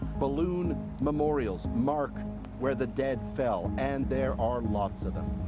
balloon memorials mark where the dead fell and there are lots of them.